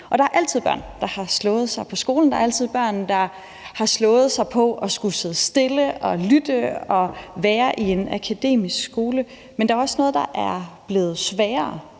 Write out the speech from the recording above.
Der har altid været børn, der har slået sig på skolen. Der har altid været børn, der har slået sig på at skulle sidde stille, lytte og være i en akademisk skole, men der er også noget, der er blevet sværere,